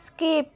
skip